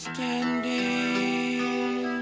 Standing